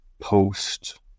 post